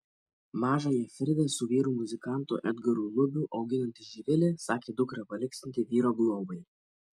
mažąją fridą su vyru muzikantu edgaru lubiu auginanti živilė sakė dukrą paliksianti vyro globai